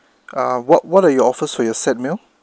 ah what what are your offers for your set meal